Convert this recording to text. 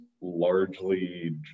largely